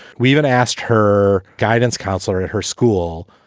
we even asked her guidance counselor at her school.